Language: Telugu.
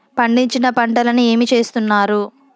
పండించిన పంటలని ఏమి చేస్తున్నారు?